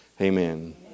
Amen